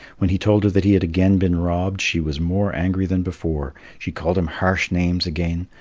when he told her that he had again been robbed, she was more angry than before she called him harsh names again,